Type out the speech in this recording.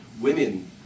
women